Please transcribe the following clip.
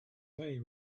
very